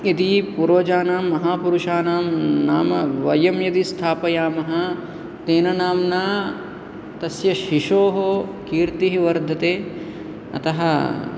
यदि पूर्वजानां महापुरुषाणां नाम वयं यदि स्थापयामः तेन नाम्ना तस्य शिशोः कीर्तिः वर्धते अतः